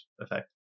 effect